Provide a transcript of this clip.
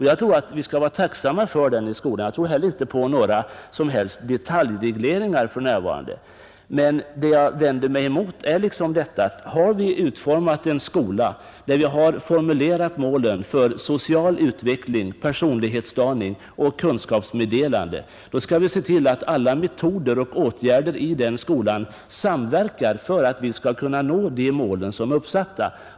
Jag tror inte heller på några detaljregleringar för närvarande, men det jag vänder mig emot är detta: Har vi utformat en skola där vi har formulerat målen för social utveckling, personlighetsdaning och kunskapsmeddelande, då skall vi se till att alla metoder och åtgärder i den skolan samverkar för att vi skall kunna nå de mål som är uppsatta.